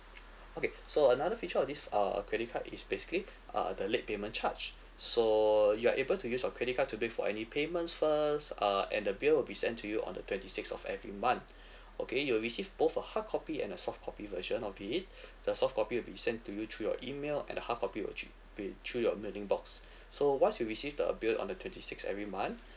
okay so another feature of this uh credit card is basically uh the late payment charge so you are able to use your credit card to pay for any payments first uh and the bill will be sent to you on the twenty sixth of every month okay you will receive both a hard copy and a soft copy version of it the soft copy will be sent to you through your email and hard copy will actually be through your mailing box so once you receive the bill on the twenty sixth every month